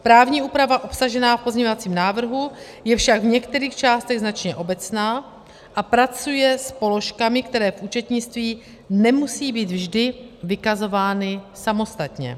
Právní úprava obsažená v pozměňovacím návrhu je však v některých částech značně obecná a pracuje s položkami, které v účetnictví nemusí být vždy vykazovány samostatně.